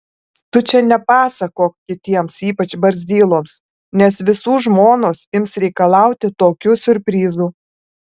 tu čia nepasakok kitiems ypač barzdyloms nes visų žmonos ims reikalauti tokių siurprizų